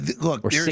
look